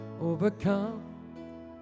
overcome